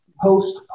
post